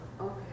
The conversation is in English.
Okay